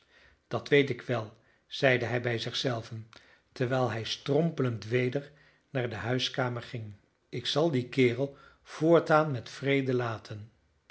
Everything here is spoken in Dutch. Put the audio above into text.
dat weet ik wel zeide hij bij zich zelven terwijl hij strompelend weder naar de huiskamer ging ik zal dien kerel voortaan met vrede laten